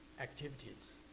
activities